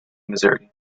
missouri